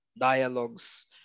dialogues